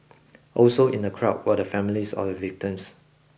also in the crowd were the families or the victims